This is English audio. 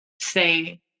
say